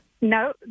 No